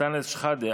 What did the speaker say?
אנטאנס שחאדה,